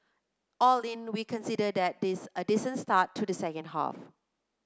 all in we considered that this a decent start to the second half